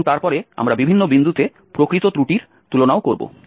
এবং তারপরে আমরা বিভিন্ন বিন্দুতে প্রকৃত ত্রুটির তুলনাও করব